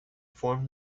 form